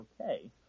okay